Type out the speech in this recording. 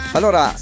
Allora